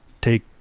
take